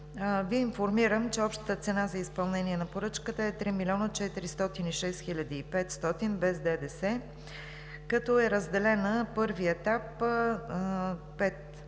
Ви информирам, че общата цена за изпълнение на поръчката е 3 млн. 406 хил. 500 лв. без ДДС, като е разделена: първи етап – 5 хил.